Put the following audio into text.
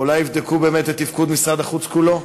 אולי יבדקו באמת את תפקוד משרד החוץ כולו.